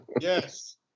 Yes